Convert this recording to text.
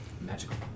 Magical